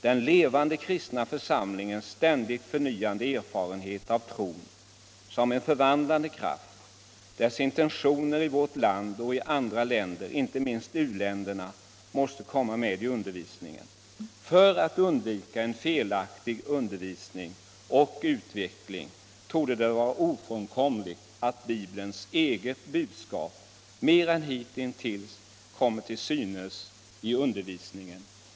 Den levande kristna församlingens ständigt förnyade erfarenhet av tron som en förvandlande kraft, dess intentioner i vårt land och i andra länder, inte minst u-länderna, måste komma med i undervisningen. För att undvika en felaktig undervisning och utveckling torde det vara ofrånkomligt att Bibelns eget budskap mer än hittills kommer till synes i undervisningen.